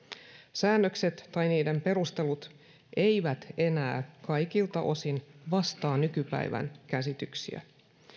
säännökset tai niiden perustelut eivät enää kaikilta osin vastaa nykypäivän käsityksiä